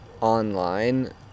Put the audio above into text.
online